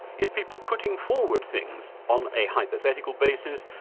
is people putting forward things on a hypothetical basis,